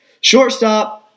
Shortstop